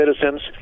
citizens